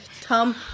Tom